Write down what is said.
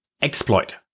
exploit